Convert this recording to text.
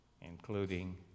including